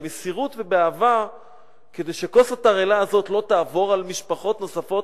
במסירות ובאהבה כדי שכוס התרעלה הזאת לא תעבור על משפחות נוספות,